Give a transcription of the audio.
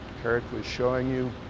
carrick was showing you,